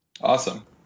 Awesome